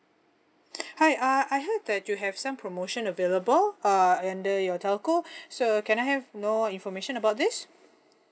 hi uh I heard that you have some promotion available uh under your telco so can I have more information about this